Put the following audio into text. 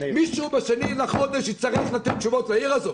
מישהו ב-2 לחודש יצטרך לתת תשובות לעיר הזו